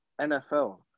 NFL